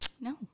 No